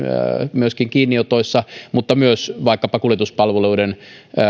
myöskin kiinniotoissa mutta myös vaikkapa kuljetuspalveluiden